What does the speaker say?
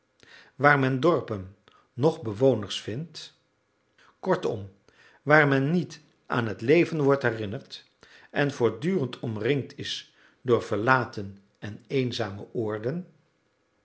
waar men dorpen noch bewoners vindt kortom waar men niet aan het leven wordt herinnerd en voortdurend omringd is door verlaten en eenzame oorden